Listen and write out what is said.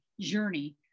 journey